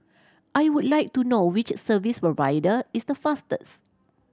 I would like to know which service provider is the fastest